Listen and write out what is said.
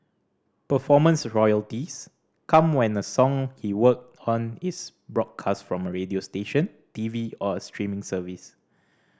performance royalties come when a song he worked on is broadcast from a radio station T V or a streaming service